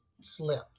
slip